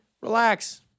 relax